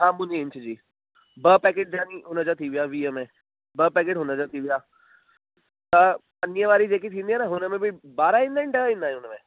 हा मुनी इंच जी ॿ पैकिट यानि हुन जा थी विया वीह में ॿ पैकेट हुन जा थी विया त पन्नीअ वारी जेकी थींदी आहे न हुन में बि ॿारहं ईंदा आहिनि ॾह ईंदा आहिनि हुन में